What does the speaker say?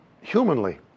humanly